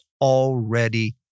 already